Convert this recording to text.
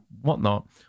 whatnot